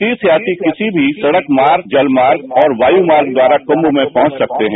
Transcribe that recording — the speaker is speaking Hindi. तीर्थपात्री किसी भी सड़क मार्ग जल मार्ग और वायु मार्ग द्वारा कुम्म मेले में पहुंच सकते हैं